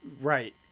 right